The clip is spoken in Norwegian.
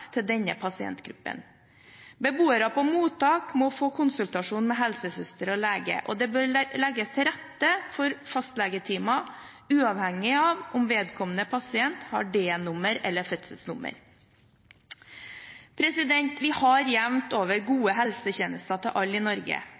til denne pasientgruppen. Beboere på mottak må få konsultasjon med helsesøster og lege, og det bør legges til rette for fastlegetimer uavhengig av om vedkommende pasient har D-nummer eller fødselsnummer. Vi har jevnt over gode helsetjenester til alle i Norge,